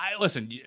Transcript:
Listen